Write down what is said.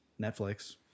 Netflix